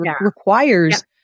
requires